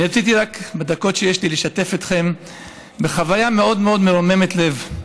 אני רציתי בדקות שיש לי לשתף אתכם בחוויה מאוד מאוד מרוממת לב.